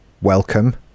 welcome